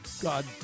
God